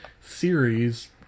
series